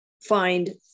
find